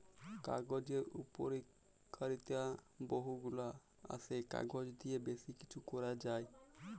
কাগজের উপকারিতা বহু গুলা আসে, কাগজ দিয়ে বেশি কিছু করা যায়